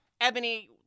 Ebony